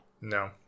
No